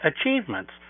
achievements